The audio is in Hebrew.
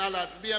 נא להצביע.